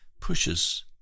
pushes